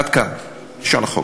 עד כאן לשון החוק.